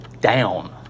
down